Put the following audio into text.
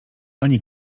ani